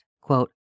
quote